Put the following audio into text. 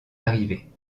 arrivée